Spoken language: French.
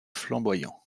flamboyant